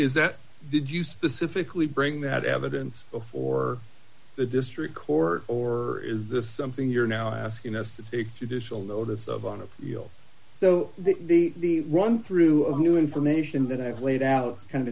is that did you specifically bring that evidence before the district court or is this something you're now asking us to take judicial notice of on a field so that the run through new information that i have laid out kind of